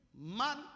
Man